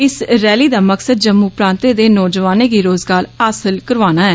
इस रैली दा मकसद जम्मू प्रांतै दें नौजुवानें गी रोजगार हासल करोआना ऐ